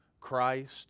Christ